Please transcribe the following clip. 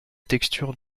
texture